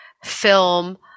film